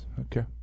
Okay